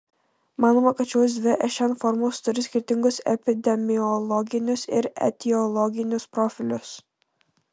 manoma kad šios dvi šn formos turi skirtingus epidemiologinius ir etiologinius profilius